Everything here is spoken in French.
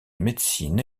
médecine